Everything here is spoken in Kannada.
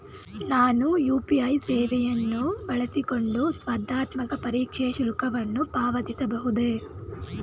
ನಾನು ಯು.ಪಿ.ಐ ಸೇವೆಯನ್ನು ಬಳಸಿಕೊಂಡು ಸ್ಪರ್ಧಾತ್ಮಕ ಪರೀಕ್ಷೆಯ ಶುಲ್ಕವನ್ನು ಪಾವತಿಸಬಹುದೇ?